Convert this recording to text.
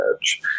edge